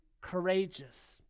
courageous